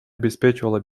обеспечивала